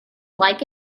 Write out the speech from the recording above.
like